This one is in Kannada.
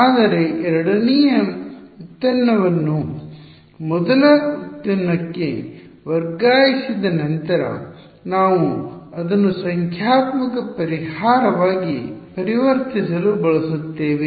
ಆದರೆ ಎರಡನೆಯ ವ್ಯುತ್ಪನ್ನವನ್ನು ಮೊದಲ ವ್ಯುತ್ಪನ್ನಕ್ಕೆ ವರ್ಗಾಯಿಸಿದ ನಂತರ ನಾವು ಅದನ್ನು ಸಂಖ್ಯಾತ್ಮಕ ಪರಿಹಾರವಾಗಿ ಪರಿವರ್ತಿಸಲು ಬಳಸುತ್ತೇವೆ